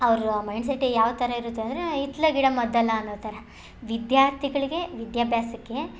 ಅವರ mindset ಯಾವ ಥರ ಇರುತ್ತೆ ಅಂದರೆ ಹಿತ್ತಲ ಗಿಡ ಮದ್ದಲ್ಲ ಅನ್ನೋ ಥರ ವಿದ್ಯಾರ್ಥಿಗಳಿಗೆ ವಿದ್ಯಾಭ್ಯಾಸಕ್ಕೆ